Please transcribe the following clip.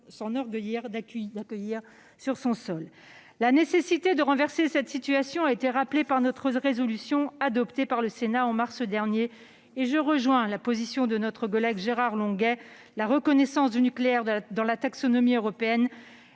La nécessité de renverser cette situation a été rappelée dans notre résolution, adoptée par le Sénat en mars dernier. Je rejoins la position de notre collègue Gérard Longuet : la reconnaissance du nucléaire dans la taxonomie européenne